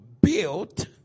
built